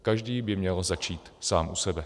Každý by měl začít sám u sebe.